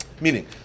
meaning